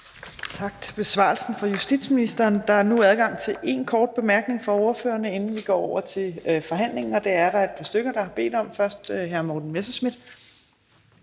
Tak til justitsministeren for besvarelsen. Der er nu adgang til én kort bemærkning fra ordførerne, inden vi går over til forhandlingen, og det er der et par stykker, der har bedt om. Først er det hr. Morten Messerschmidt.